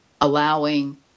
Allowing